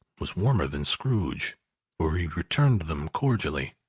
was warmer than scrooge for he returned them cordially.